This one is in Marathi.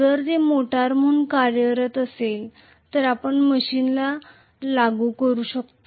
जर ते मोटर म्हणून कार्यरत असेल तर आपण मशीनला व्होल्टेज लागू करू शकता